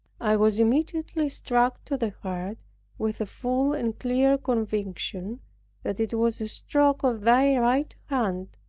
i was immediately struck to the heart with a full and clear conviction that it was a stroke of thy right hand,